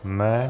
Ne.